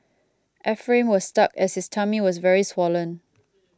Ephraim was stuck as his tummy was very swollen